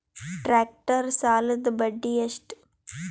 Tractor ಸಾಲದ್ದ ಬಡ್ಡಿ ಎಷ್ಟ?